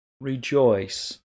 rejoice